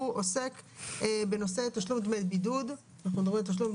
שעה 10:15. אנחנו דנים ב הצעת צו התכנית